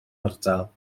ardal